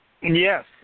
Yes